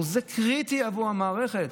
זה קריטי עבור המערכת.